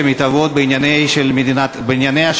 שיגדירו